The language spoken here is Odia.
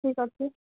ଠିକ୍ଅଛି